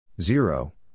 Zero